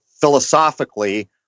philosophically